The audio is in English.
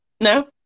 No